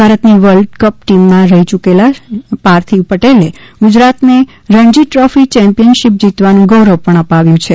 ભારતની world cup ટીમમાં રહી ચૂકેલા પાર્થિવ પટેલે ગુજરાતને રણજી ટ્રોફી ચેમ્પિયન શિપ જીતવાનું ગૌરવ પણ અપાવ્યું છે